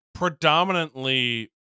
predominantly